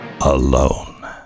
Alone